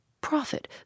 Profit